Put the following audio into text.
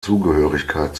zugehörigkeit